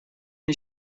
est